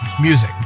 music